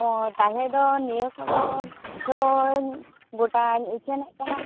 ᱚ ᱛᱟᱦᱚᱞᱮ ᱫᱚ ᱱᱤᱭᱟᱹ ᱠᱷᱚᱵᱚᱨ ᱫᱚᱧ ᱜᱚᱴᱟᱧ ᱩᱪᱷᱟᱹᱱᱮᱫ ᱠᱟᱱᱟ